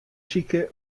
sykje